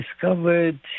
discovered